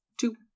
Two